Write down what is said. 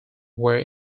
were